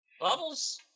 Bubbles